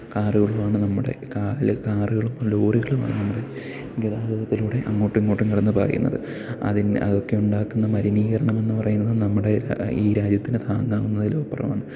കാറുകളും ആണ് നമ്മുടെ കാല് കാറുകളും ലോറികളുമാണ് നമ്മുടെ ഗതാഗതത്തിലൂടെ അങ്ങോട്ടു ഇങ്ങോട്ടും കിടന്ന് പായുന്നത് അതിൻ അതൊക്കെ ഉണ്ടാക്കുന്ന മലിനീകരണമെന്ന് പറയുന്നത് നമ്മുടെ ഈ രാജ്യത്തിന് താങ്ങാവുന്നതിലും അപ്പുറമാണ്